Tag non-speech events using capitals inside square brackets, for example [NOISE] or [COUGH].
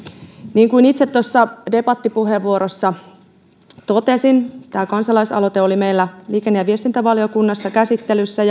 niin kuin itse debattipuheenvuorossa totesin tämä kansalaisaloite oli meillä liikenne ja viestintävaliokunnassa käsittelyssä [UNINTELLIGIBLE]